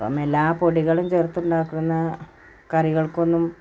എല്ലാ പൊടികളും ചേർത്തുണ്ടാക്കുന്ന കറികൾക്കൊന്നും